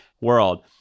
world